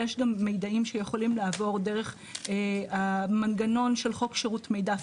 יש גם מידעים שיכולים לעבור דרך המנגנון של חוק שירות מידע פיננסי.